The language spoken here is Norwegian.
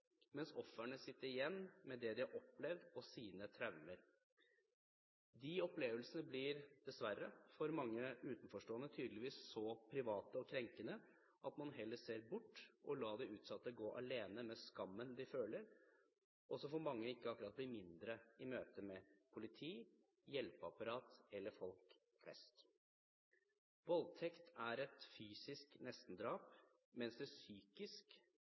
mens ofrene sitter igjen med det de har opplevd, og sine traumer. De opplevelsene blir dessverre for mange utenforstående tydeligvis så private og krenkende at man heller ser bort og lar de utsatte gå alene med skammen de føler, og som for mange ikke akkurat blir mindre i møte med politi, hjelpeapparat eller folk flest. Voldtekt er et fysisk nestendrap, mens det psykisk